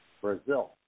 Brazil